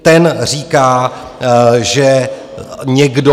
Ten říká, že někdo...